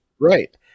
Right